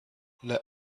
let